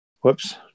Whoops